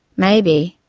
maybe,